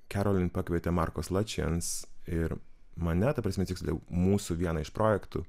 kerolin pakvietė marko slačins ir mane ta prasme tiksliau mūsų vieną iš projektų